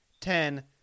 Ten